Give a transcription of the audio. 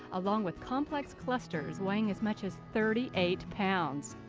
along with complex clusters weighing as much as thirty eight pounds.